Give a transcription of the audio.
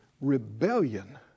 rebellion